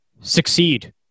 succeed